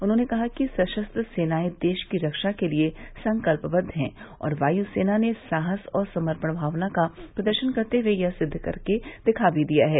उन्होंने कहा कि सशस्त्र सेनाएं देश की रक्षा के लिए संकल्पदद हैं और वायुसेना ने साहस और समर्पण भावना का प्रदर्शन करते हुए यह सिद्व करके दिखा भी दिया है